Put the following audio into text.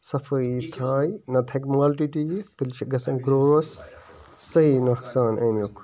صَفٲیی تھایہِ نَتہٕ ہیٚکہِ مالٹِٹی یِتھ تیٚلہِ چھِ گَژھان گَرٛوورَس صحیٖح نۄقصان اَمیٛک